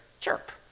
chirp